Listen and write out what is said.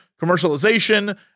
commercialization